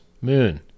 moon